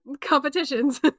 Competitions